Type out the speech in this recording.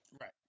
Right